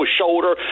shoulder